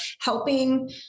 helping